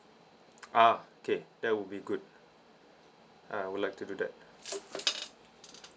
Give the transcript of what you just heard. ah okay that would be good I would like to do that